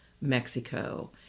Mexico